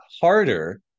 harder